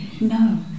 no